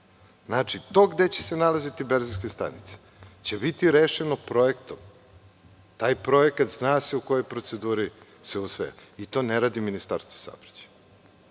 to gde će se nalaziti benzinske stanice će biti rešeno projektom. Taj projekat zna se u kojoj proceduri se usvaja i to ne radi Ministarstvo za